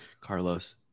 Carlos